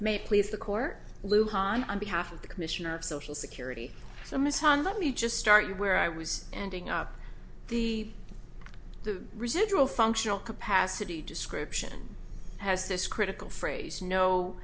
it please the court lou hahn on behalf of the commissioner of social security so ms hahn let me just start you where i was ending up the the residual functional capacity description has this critical phrase no